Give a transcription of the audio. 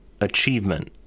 achievement